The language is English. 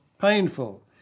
painful